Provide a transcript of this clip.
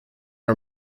are